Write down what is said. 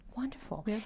Wonderful